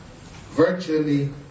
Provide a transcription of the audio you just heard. Virtually